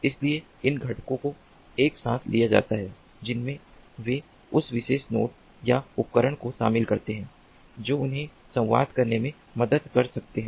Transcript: इसलिए इन घटकों को एक साथ लिया जाता है जिसमें वे उस विशेष नोड या उपकरण को शामिल करते हैं जो उन्हें संवाद करने में मदद कर सकते हैं